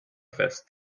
fest